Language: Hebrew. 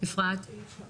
לצערי הרב,